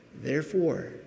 Therefore